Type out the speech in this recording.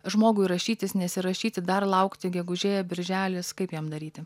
žmogui rašytis nesirašyti dar laukti gegužė birželis kaip jam daryti